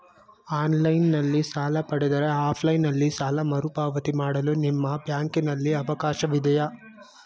Online ನಲ್ಲಿ ಸಾಲ ಪಡೆದರೆ ಆಫ್ಲೈನ್ ನಲ್ಲಿ ಸಾಲ ಮರುಪಾವತಿ ಮಾಡಲು ನಿಮ್ಮ ಬ್ಯಾಂಕಿನಲ್ಲಿ ಅವಕಾಶವಿದೆಯಾ?